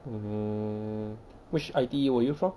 mm which I_T_E were you from